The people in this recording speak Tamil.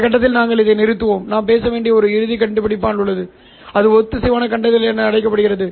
இந்த கட்டத்தில் நாங்கள் நிறுத்துவோம் நாம் பேச வேண்டிய ஒரு இறுதி கண்டுபிடிப்பான் உள்ளது இது ஒத்திசைவான கண்டறிதல் என்று அழைக்கப்படுகிறது